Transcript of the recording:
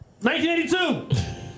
1982